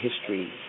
history